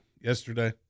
yesterday